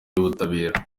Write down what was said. y’ubutabera